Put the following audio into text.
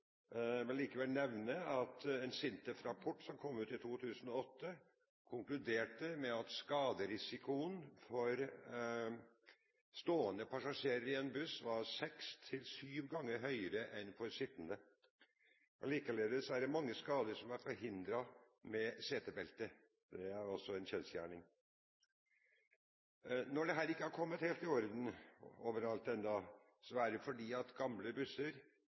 Jeg vil likevel nevne at en SINTEF-rapport som kom ut i 2008, konkluderte med at skaderisikoen for stående passasjerer i en buss var seks–sju ganger høyere enn for sittende. Likeledes er det mange skader som er forhindret ved bruk av setebelte, det er også en kjensgjerning. Når dette ikke har kommet helt i orden overalt ennå, er det fordi gamle busser